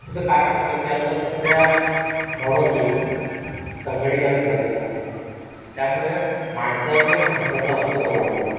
ह्याचं कारण असं की आता सध्या मॉडन युग संगणीकरण झालेलं आहे त्यामुळे माणसातलं माणसाचं अंतर वाढलेलं आहे